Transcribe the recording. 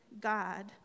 God